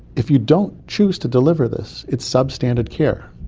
if you don't choose to deliver this, it's substandard care.